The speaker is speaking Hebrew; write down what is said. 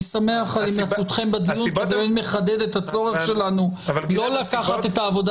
אני שמח על הימצאותכם בדיון שמחדד את הצורך שלנו לא לקחת את העבודה